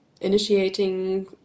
initiating